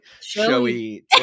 showy